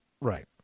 Right